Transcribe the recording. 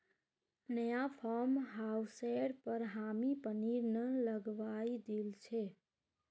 नया फार्म हाउसेर पर हामी पानीर नल लगवइ दिल छि